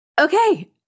okay